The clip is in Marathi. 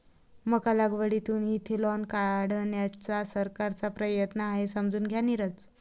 मका लागवडीतून इथेनॉल काढण्याचा सरकारचा प्रयत्न आहे, समजून घ्या नीरज